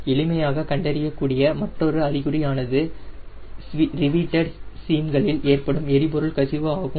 எளிமையாக கண்டறியக் கூடிய மற்றொரு அறிகுறி ஆனது ரிவீட்டடு சீம்களில் ஏற்படும் எரிபொருள் கசிவு ஆகும்